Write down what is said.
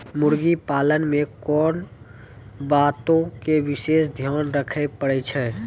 मुर्गी पालन मे कोंन बातो के विशेष ध्यान रखे पड़ै छै?